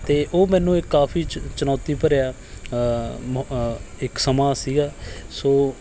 ਅਤੇ ਉਹ ਮੈਨੂੰ ਇਹ ਕਾਫ਼ੀ ਚੁਣੌਤੀ ਭਰਿਆ ਮ ਇੱਕ ਸਮਾਂ ਸੀਗਾ ਸੋ